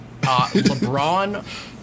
LeBron